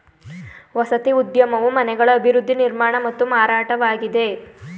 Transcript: ವಸತಿ ಉದ್ಯಮವು ಮನೆಗಳ ಅಭಿವೃದ್ಧಿ ನಿರ್ಮಾಣ ಮತ್ತು ಮಾರಾಟವಾಗಿದೆ